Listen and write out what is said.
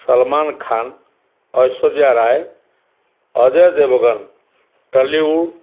Salman Khan Aishwarya Rai Ajay Devgan Tollywood